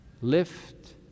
Lift